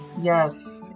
Yes